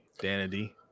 Danity